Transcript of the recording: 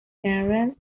general